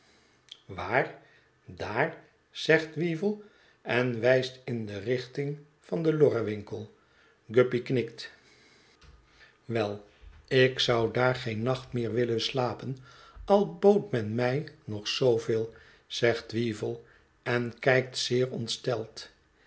waar daar zegt weevle en wijst in de richting van den lorren winkel guppy knikt wel ik zou daar geen nacht meer willen slapen al bood men mij nog zooveel zegt weevle en kijkt zeer ontsteld